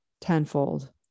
tenfold